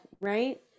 right